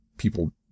People